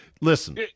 Listen